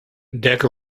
deck